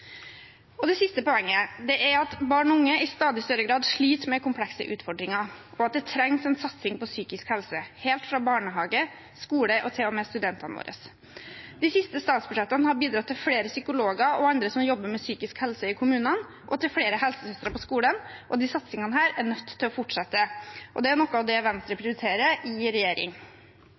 til. Det siste poenget er at barn og unge i stadig større grad sliter med komplekse utfordringer, og at det trengs en satsing på psykisk helse, helt fra barnehage, skole og til og med studentene våre. De siste statsbudsjettene har bidratt til flere psykologer og andre som jobber med psykisk helse i kommunene, og til flere helsesøstre på skolene – disse satsingene er vi nødt til å fortsette med. Det er noe av det Venstre prioriterer i regjering.